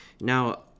Now